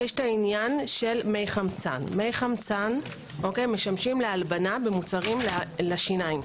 מי חמצן משמשים להלבנה במוצרים לשיניים.